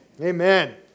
Amen